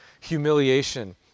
humiliation